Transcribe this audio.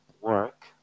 work